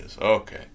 Okay